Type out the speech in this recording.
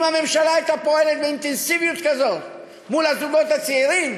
אם הממשלה הייתה פועלת באינטנסיביות כזאת מול הזוגות הצעירים,